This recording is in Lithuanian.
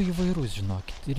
įvairus žinokit ir